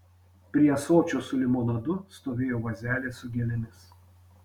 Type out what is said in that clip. prie ąsočio su limonadu stovėjo vazelė su gėlėmis